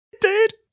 dude